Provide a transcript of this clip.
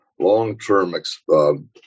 Long-term